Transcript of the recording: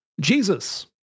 Jesus